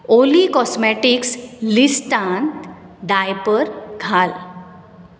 ऑली cosmetics लिस्टांत diaper घाल